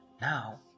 Now